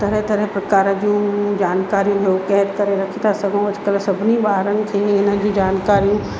तरह तरह प्रकार जूं जानकारियूं इहो क़ैदु करे रखी था सघूं अॼकल्ह सभिनी ॿारनि खे हिन जी जानकारियूं